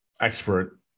expert